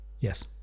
Yes